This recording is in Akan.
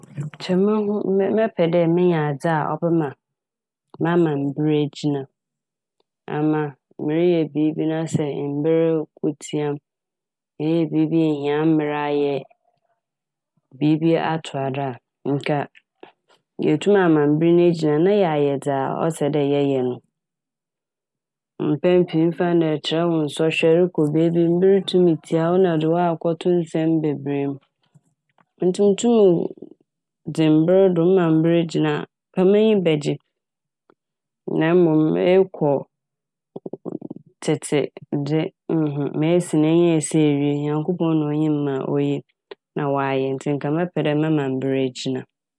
Nkyɛ mohu- mɛpɛ dɛ menya adze a mɛma mber egyina a, ama mereyɛ biibi na sɛ mber ko tsia m', mereyɛ biibi ihia mber ayɛ, biibi atoa do a nka yeetum ama mber ne egyina na yɛayɛ dza ɔsɛ dɛ yɛyɛ no. Mpɛn pii no me mfa n' dɛ ɛkyerɛw nsɔhwɛ, erokɔ beebi, mber tumi tsia wo na ɔde wo akɔto nsɛm beberee m' ntsi nntum dze mberdo ma mber gyina a nka m'enyi bɛgye na mom mekɔ tsetse de Mesi no enya esi ewie, Nyankopɔn na Onyim ma oye na Ɔayɛ ntsi nka mɛpɛ dɛ mɛma mber egyina.